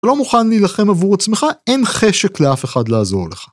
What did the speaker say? לא מוכן להילחם עבור עצמך, אין חשק לאף אחד לעזור לך.